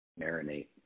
marinate